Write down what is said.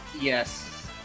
Yes